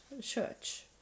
church